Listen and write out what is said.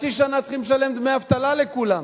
חצי שנה צריך לשלם דמי אבטלה לכולם.